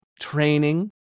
training